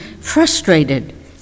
frustrated